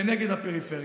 ונגד הפריפריה.